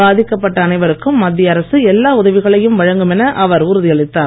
பாதிக்கப்பட்ட அனைவருக்கும் மத்திய அரசு எல்லா உதவிகளையும் வழங்கும் என அவர் உறுதியளித்தார்